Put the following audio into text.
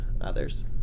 others